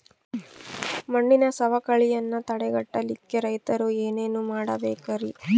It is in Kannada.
ಮಣ್ಣಿನ ಸವಕಳಿಯನ್ನ ತಡೆಗಟ್ಟಲಿಕ್ಕೆ ರೈತರು ಏನೇನು ಮಾಡಬೇಕರಿ?